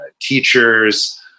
teachers